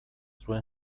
zuen